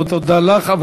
תודה לך,